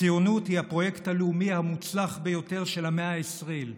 הציונות היא הפרויקט הלאומי המוצלח ביותר של המאה העשרים,